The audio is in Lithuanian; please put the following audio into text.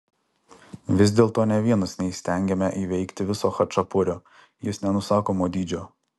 vis dėlto nė vienas neįstengiame įveikti viso chačapurio jis nenusakomo dydžio